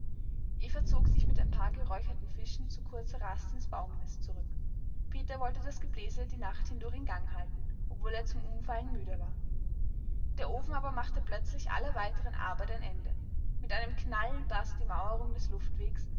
eva zog sich mit ein paar geräucherten fischen zu kurzer rast ins baumnest zurück peter wollte das gebläse die nacht hindurch in gang halten obwohl er zum umfallen müde war der ofen aber machte plötzlich aller weiteren arbeit ein ende mit einem knall barst die mauerung des